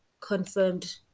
confirmed